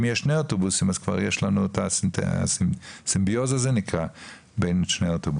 אם יש לנו שני אוטובוסים אז יש כבר את הסימביוזה בין שניהם.